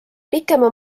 pikema